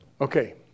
Okay